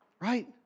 Right